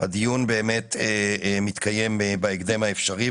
הדיון מתקיים בהקדם האפשרי,